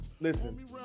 listen